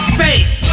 Space